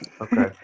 Okay